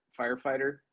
firefighter